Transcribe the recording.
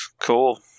Cool